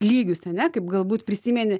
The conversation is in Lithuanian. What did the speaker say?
lygius ane kaip galbūt prisimeni